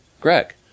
Greg